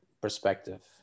perspective